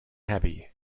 heavy